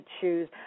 choose